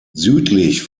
südlich